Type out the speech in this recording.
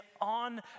on